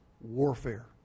warfare